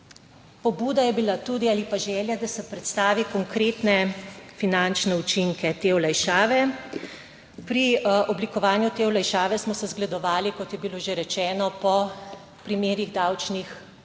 Pobuda je bila tudi ali pa želja, da se predstavi konkretne finančne učinke te olajšave. Pri oblikovanju te olajšave smo se zgledovali, kot je bilo že rečeno, po primerih davčnih